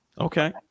Okay